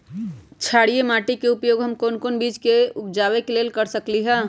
क्षारिये माटी के उपयोग हम कोन बीज के उपजाबे के लेल कर सकली ह?